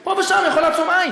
פה ושם יכול לעצום עין,